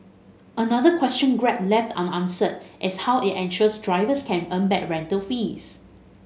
another question Grab left unanswered is how it ensures drivers can earn back rental fees